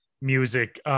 music –